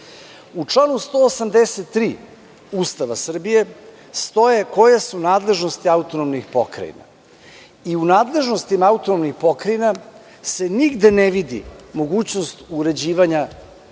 članu 183. Ustava Srbije stoje koje su nadležnosti autonomnih pokrajina. U nadležnostima autonomnih pokrajina se nigde ne vidi mogućnost uređivanja